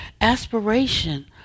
aspiration